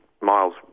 miles